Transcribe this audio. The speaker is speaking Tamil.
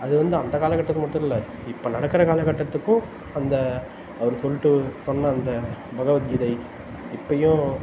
அது வந்து அந்த காலகட்டத்தில் மட்டும் இல்லை இப்போ நடக்கிற காலக்கட்டத்துக்கும் அந்த அவர் சொல்லிட்டு சொன்ன அந்த பகவத்கீதை இப்போயும்